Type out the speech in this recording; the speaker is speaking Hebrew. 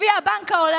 לפי הבנק העולמי,